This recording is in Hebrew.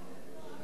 אינו נוכח